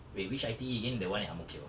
wait which I_T_E again the one at ang mo kio